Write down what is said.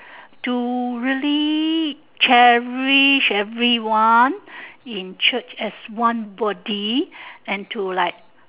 to really cherish everyone in church as one body and to like